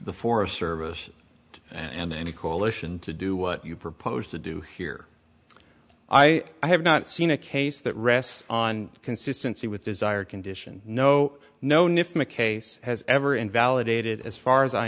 the forest service and any coalition to do what you propose to do here i have not seen a case that rests on consistency with desired condition no known if mckay's has ever invalidated as far as i